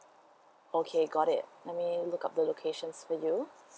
okay got it let me look up the locations for you